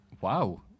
Wow